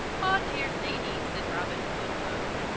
ah, deere lady, sayd robin hood tho,